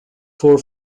four